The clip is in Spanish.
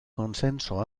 consenso